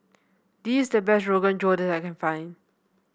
this is the best Rogan Josh I can find